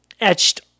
etched